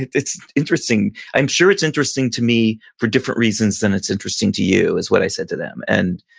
it's interesting. i'm sure it's interesting to me for different reasons than it's interesting to you, is what i said to them. and